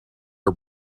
her